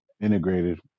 integrated